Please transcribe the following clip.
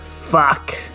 Fuck